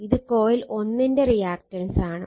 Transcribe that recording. ഇത് കോയിൽ 1 ന്റെ റിയാക്റ്റൻസാണ്